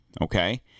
okay